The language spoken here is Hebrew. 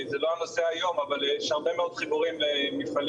זה לא הנושא היום אבל יש הרבה מאוד חיבורים למפעלים,